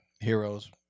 heroes